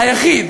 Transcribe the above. היחיד,